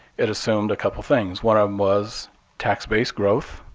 it assumed a couple of things. one um was tax based growth,